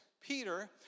Peter